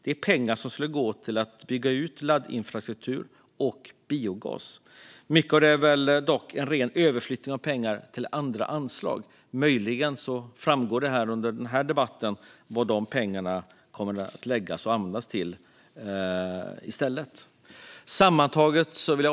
Det är pengar som skulle ha gått till att bygga ut laddinfrastruktur och stöd till biogas. Mycket handlar dock om en ren överflyttning av pengar till andra anslag. Möjligen kommer det under debatten att framgå vad pengarna i stället kommer att läggas på och vad de kommer att användas till.